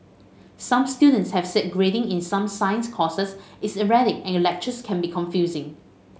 some students have said grading in some science courses is erratic and lectures can be confusing